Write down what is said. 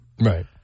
Right